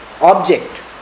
object